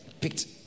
picked